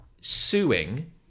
suing